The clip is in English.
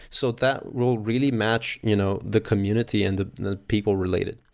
so that will really match you know the community and the the people related.